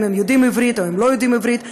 אם הם יודעים עברית או לא יודעים עברית,